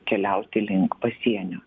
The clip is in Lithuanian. keliauti link pasienio